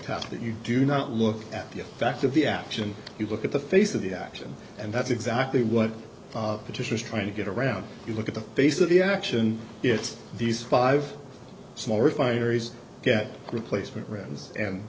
task that you do not look at the effect of the action you look at the face of the action and that's exactly what patricia is trying to get around you look at the face of the action it's these five small refineries get replacement rooms and